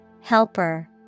Helper